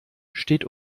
steht